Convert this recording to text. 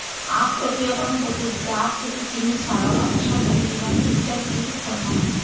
আখ প্রক্রিয়াকরণ পদ্ধতিতে আখ থেকে চিনি ছাড়াও বাতাসা, গুড় এবং ফিল্টার কেক উৎপন্ন হয়